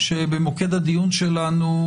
שבמוקד הדיון שלנו,